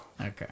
Okay